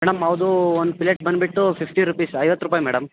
madam ಅದು ಒಂದು plate ಬಂದುಬಿಟ್ಟು ಫಿಫ್ಟಿ ರುಪೀಸ್ ಐವತ್ತು ರೂಪಾಯಿ ಮೇಡಮ್